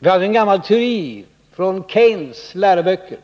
Det finns en gammal teori från Keynes läroböcker,